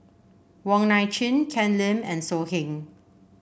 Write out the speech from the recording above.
Wong Nai Chin Ken Lim and So Heng